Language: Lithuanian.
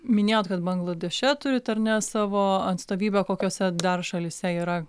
minėjot kad bangladeše turit ar ne savo atstovybę kokiose dar šalyse yra